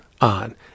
on